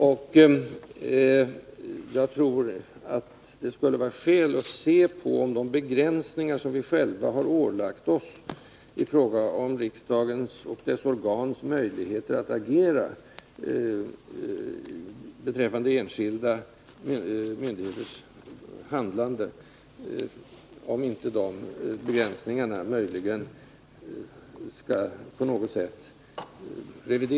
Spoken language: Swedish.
Vi kanske också borde granska om det inte vore skäl att på något sätt revidera de begränsningar som vi själva har ålagt oss i fråga om riksdagens och dess organs möjligheter att agera beträffande enskilda myndigheters handlande.